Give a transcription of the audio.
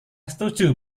setuju